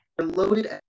loaded